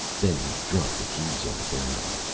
then he dropped the keys on the ground.